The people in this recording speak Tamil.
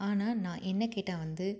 ஆனால் நான் என்னை கேட்டால் வந்து